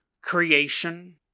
creation